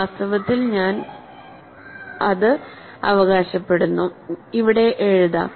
വാസ്തവത്തിൽ ഞാൻ അത് അവകാശപ്പെടുന്നുഇവിടെ എഴുതാം